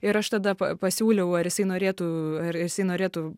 ir aš tada pa pasiūliau ar jisai norėtų ar jisai norėtų